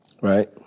right